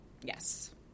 Yes